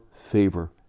favor